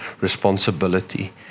responsibility